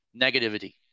negativity